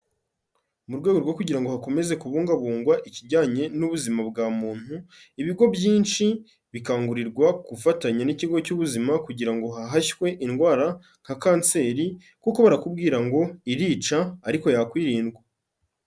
Mu rwego rwo kugira ngo hakomeze kubungabungwa ikijyanye n'ubuzima bwa muntu, ibigo byinshi bikangurirwa gufatanya n'ikigo cy'ubuzima kugira ngo hahashywe indwara nka kanseri kuko barakubwira ngo irica ariko yakwirindwa.